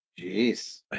Jeez